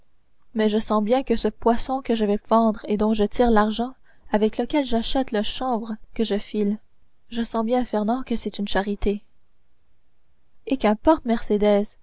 mais je sens bien que ce poisson que je vais vendre et dont je tire l'argent avec lequel j'achète le chanvre que je file je sens bien fernand que c'est une charité et qu'importe